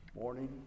Morning